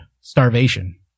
starvation